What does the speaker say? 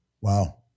Wow